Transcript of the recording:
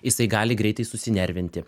jisai gali greitai susinervinti